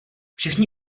všichni